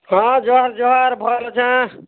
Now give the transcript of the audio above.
ହଁ ଜୁହାର୍ ଜୁହାର୍ ଭଲ୍ ଅଛେଁ